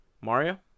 mario